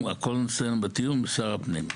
הכול בתיאום עם משרד הפנים.